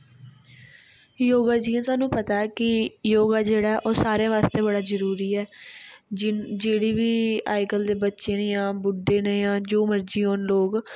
योगा जि'यां सानू पता ऐ कि योगा जेह्ड़ा ऐ ओह् सारें आस्तै बडा जरुरी ऐ जेह्ड़े बी अजकल्ल दे बच्चें न जां बुड्ड़े न जां जो मर्जी होन लोक